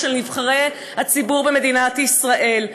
היא שלנו, של נבחרי הציבור במדינת ישראל.